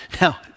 Now